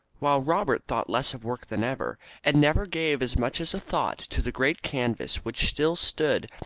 while robert thought less of work than ever, and never gave as much as a thought to the great canvas which still stood,